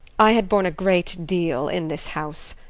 i had borne a great deal in this house.